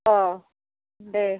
अह दे